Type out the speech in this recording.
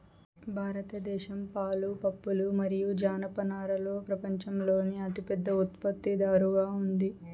భారతదేశం పాలు, పప్పులు మరియు జనపనారలో ప్రపంచంలోనే అతిపెద్ద ఉత్పత్తిదారుగా ఉంది